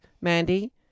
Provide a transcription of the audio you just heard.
Mandy